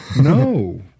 No